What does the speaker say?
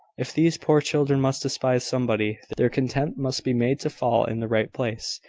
if these poor children must despise somebody, their contempt must be made to fall in the right place,